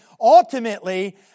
ultimately